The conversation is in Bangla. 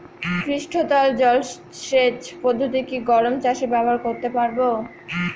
পৃষ্ঠতল জলসেচ পদ্ধতি কি গম চাষে ব্যবহার করতে পারব?